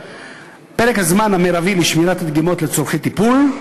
(2) פרק הזמן המרבי לשמירת הדגימות לצורכי טיפול,